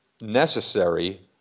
Necessary